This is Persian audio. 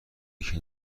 یکی